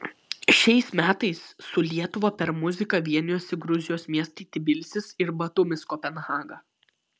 šiais metais su lietuva per muziką vienijosi gruzijos miestai tbilisis ir batumis kopenhaga